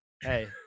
Hey